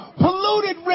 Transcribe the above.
polluted